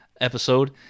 episode